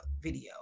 video